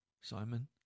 Simon